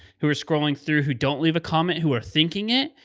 who are scrolling through, who don't leave a comment, who are thinking it.